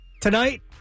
Tonight